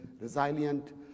resilient